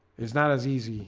it's not as easy